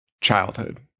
childhood